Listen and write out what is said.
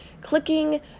clicking